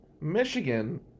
Michigan